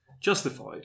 justified